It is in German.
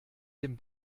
dem